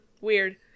Weird